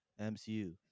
mcu